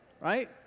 Right